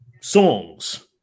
songs